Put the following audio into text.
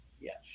yes